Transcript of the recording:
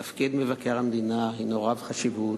תפקיד מבקר המדינה הינו רב-חשיבות.